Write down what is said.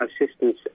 assistance